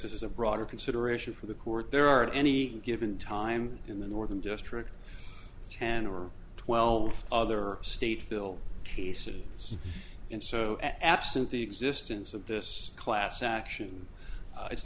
this is a broader consideration for the court there are at any given time in the northern district ten or twelve other state bill cases and so absent the existence of this class action it's